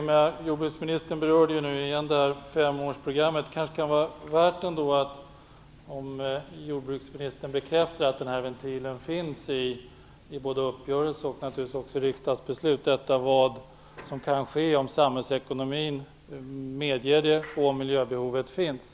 Fru talman! Jordbruksministern berörde nu återigen femårsprogrammet. Det kunde kanske vara lämpligt att jordbruksministern bekräftade att det både i uppgörelse och kanske också i riksdagsbeslut finns en ventil om vad som kan ske om samhällsekonomin medger det och miljöbehovet finns.